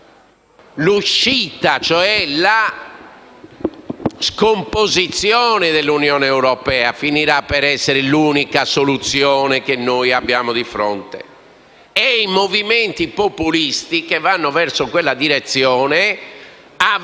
territoriali. La scomposizione dell'Unione europea finirà per essere l'unica soluzione che abbiamo di fronte e i movimenti populisti che vanno verso quella direzione avranno